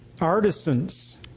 artisans